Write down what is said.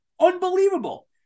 Unbelievable